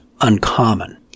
uncommon